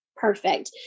Perfect